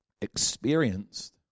experienced